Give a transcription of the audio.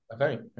Okay